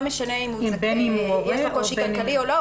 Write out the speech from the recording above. לא משנה אם יש לו קושי כלכלי או לא,